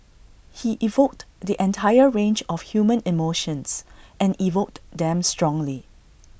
he evoked the entire range of human emotions and evoked them strongly